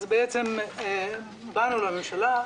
באנו לממשלה,